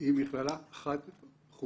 היא מכללה חד-חוגית.